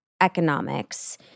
economics